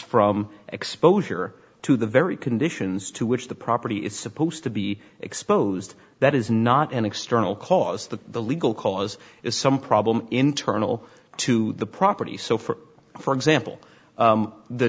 from exposure to the very conditions to which the property is supposed to be exposed that is not an external cause that the legal cause is some problem internal to the property so for for example